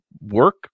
work